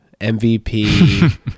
mvp